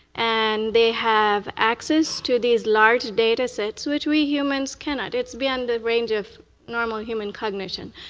and they have access to these large data sets, which we humans cannot. it's beyond the range of normal human cognition.